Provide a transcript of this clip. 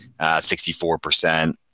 64%